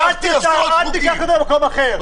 אל תיקח את זה למקום אחר.